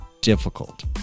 difficult